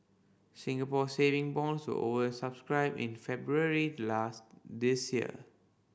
Singapore Saving Bonds were over subscribed in February last this year